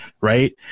right